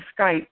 Skype